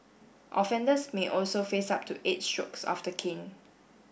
offenders may also face up to eight strokes of the cane